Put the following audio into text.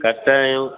கட்டாயம்